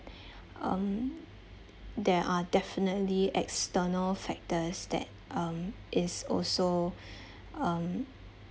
uh there are definitely external factors that um is also um